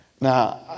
Now